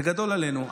זה גדול עלינו.